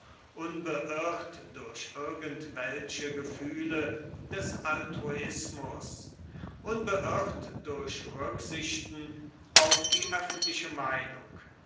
unbeirrt durch irgend welche gefühle des altruismus unbeirrt durch rücksichten auf die öffentliche meinung